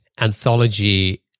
anthology